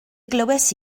glywais